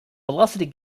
velocity